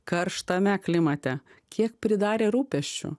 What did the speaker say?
karštame klimate kiek pridarė rūpesčių